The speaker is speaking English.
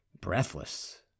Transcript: Breathless